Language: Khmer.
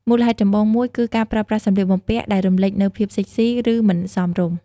មូលហេតុចម្បងមួយគឺការប្រើប្រាស់សម្លៀកបំពាក់ដែលរំលេចនូវភាពសិចស៊ី ឬមិនសមរម្យ។